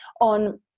on